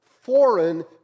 foreign